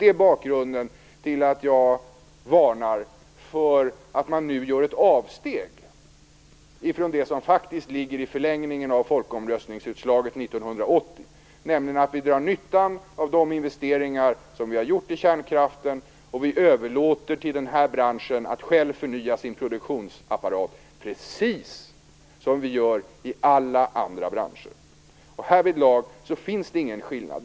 Det är bakgrunden till att jag varnar för att man nu gör ett avsteg från det som faktiskt ligger i förlängningen av folkomröstningsutslaget 1980, nämligen att vi drar nyttan av de investeringar vi har gjort i kärnkraften och överlåter till denna bransch att själv förnya sin produktionsapparat - precis som vi gör med alla andra branscher. Härvidlag finns det ingen skillnad.